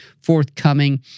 forthcoming